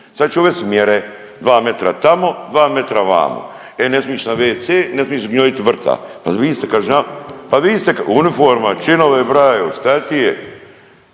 Sad ću ja uvest mjere, 2 metra tamo, 2 metra vamo. E ne smiš ić na wc, ne smiš gnjojit vrta pa vi ste kažnjavali, pa vi ste u uniformama, činove brajo šta ti je.